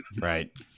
right